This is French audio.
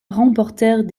remportèrent